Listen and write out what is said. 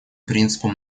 принципу